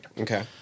Okay